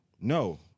no